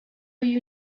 you